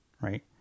right